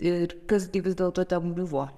ir kas gi vis dėlto ten buvo